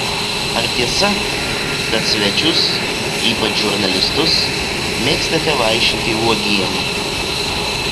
ar tiesa kad svečius ypač žurnalistus mėgstate vaišinti uogiene